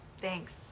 Thanks